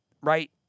right